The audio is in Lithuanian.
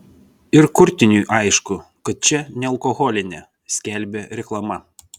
ir kurtiniui aišku kad čia nealkoholinė skelbė reklama